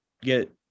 get